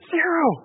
Zero